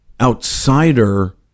outsider